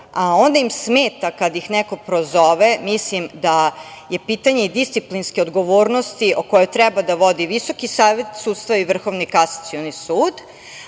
a onda im smeta kada ih neko prozove, mislim da je pitanje disciplinske odgovornosti koju treba da vodi Visoki savet sudstva i Vrhovni kasacioni sud. Ne